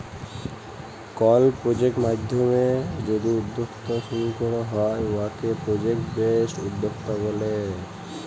call project মাইধ্যমে যদি উদ্যক্তা শুরু ক্যরা হ্যয় উয়াকে পরজেক্ট বেসড উদ্যক্তা ব্যলে